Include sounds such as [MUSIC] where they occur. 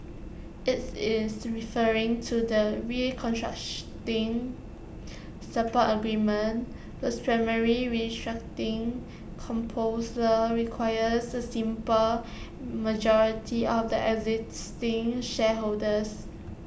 it's is referring to the [UNINTELLIGIBLE] support agreement whose primary restructuring proposal requires A simple majority of the existing shareholders